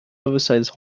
oversize